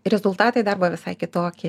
rezultatai darbo visai kitokie